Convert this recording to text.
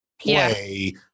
play